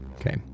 Okay